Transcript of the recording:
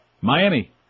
Miami